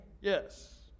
Yes